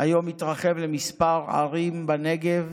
היום התרחב לכמה ערים בנגב,